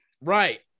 Right